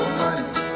money